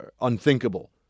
Unthinkable